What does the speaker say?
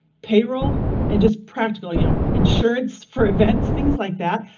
payroll and just practical. you know, insurance for events, things like that.